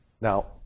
Now